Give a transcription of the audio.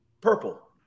purple